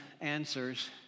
answers